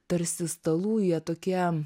tarsi stalų jie tokie